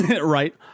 Right